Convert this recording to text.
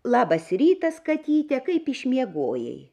labas rytas katyte kaip išmiegojai